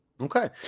Okay